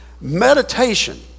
meditation